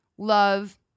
Love